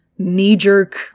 knee-jerk